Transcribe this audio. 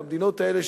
במדינות האלה,